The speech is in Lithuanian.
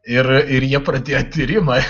ir ir jie pradėjo tyrimą